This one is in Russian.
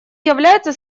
является